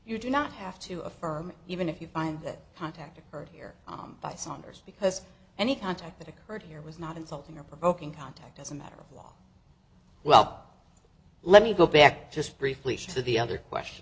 you do not have to affirm even if you find that contact occurred here by saunders because any contact that occurred here was not insulting or provoking contect as a matter of law well let me go back just briefly to the other question